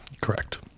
Correct